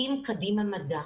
עם "קדימה מדע".